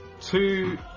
Two